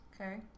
Okay